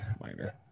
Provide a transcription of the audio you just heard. Minor